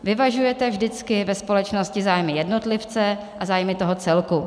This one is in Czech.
Vyvažujete vždycky ve společnosti zájmy jednotlivce a zájmy celku.